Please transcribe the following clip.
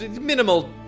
minimal